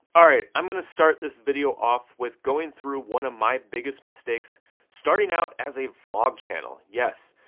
all right, i'm gonna start this video off, with going through one of my biggest mistakes starting out as a vlog channel. yes,